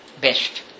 best